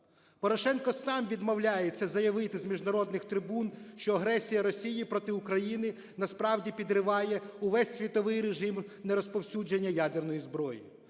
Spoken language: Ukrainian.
Порошенко сам відмовляється заявити з міжнародних трибун, що агресія Росії проти України насправді підриває увесь світовий режим нерозповсюдження ядерної зброї.